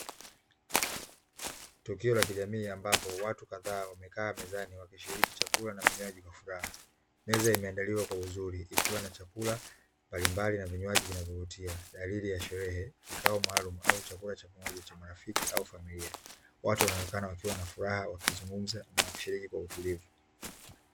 Tukio la kijamii ambapo watu kadhaa wamekaa mezani wakishiriki chakula na vinywaji kwa furaha, meza imeandaliwa kwa uzuri ikiwa na chakula mbalimbali na vinywaji vinavyovutia dalili ya sherehe kikao maalumu au chakula cha pamoja cha marafiki au familia, watu wanaonekana wakiwa na furaha. Wakizungumza na wakishiriki kwa utulivu.